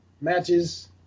matches